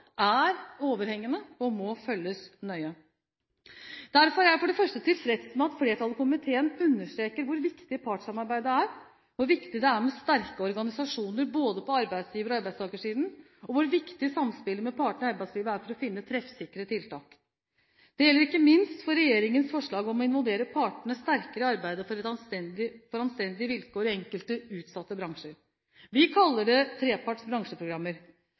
er overhengende og må følges nøye. Derfor er jeg for det første tilfreds med at flertallet i komiteen understreker hvor viktig partssamarbeidet er, hvor viktig det er med sterke organisasjoner på både arbeidsgiver- og arbeidstakersiden, og hvor viktig samspillet med partene i arbeidslivet er for å finne treffsikre tiltak. Det gjelder ikke minst for regjeringens forslag om å involvere partene sterkere i arbeidet for anstendige vilkår i enkelte utsatte bransjer. Vi kaller det treparts bransjeprogrammer.